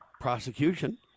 prosecution